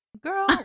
Girl